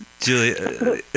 Julia